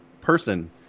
person